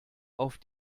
auf